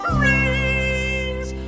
rings